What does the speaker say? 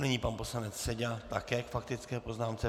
A nyní pan poslanec Seďa také k faktické poznámce.